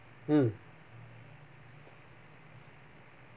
mm